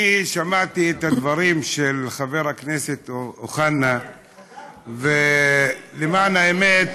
אני שמעתי את הדברים של חבר הכנסת אוחנה ולמען האמת